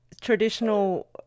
traditional